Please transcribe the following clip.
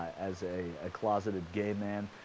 as a closeted gay man